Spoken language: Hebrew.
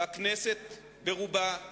הכנסת ברובה,